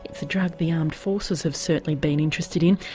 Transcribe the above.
it's a drug the armed forces have certainly been interested in.